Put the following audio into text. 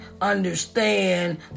understand